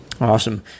Awesome